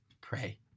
pray